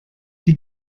die